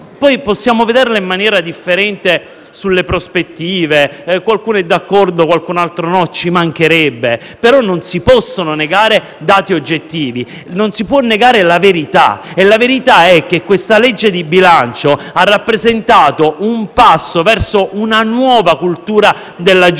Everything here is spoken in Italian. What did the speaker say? le prospettive in maniera differente - qualcuno sarà d'accordo e qualcun altro no, ci mancherebbe - ma non si possono negare dati oggettivi. Non si può negare la verità. La verità è che l'ultima legge di bilancio ha rappresentato un passo verso una nuova cultura della giustizia: